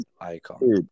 Icon